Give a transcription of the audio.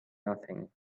nothing